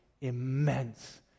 immense